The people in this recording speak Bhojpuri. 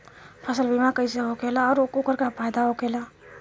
फसल बीमा कइसे होखेला आऊर ओकर का फाइदा होखेला?